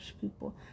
people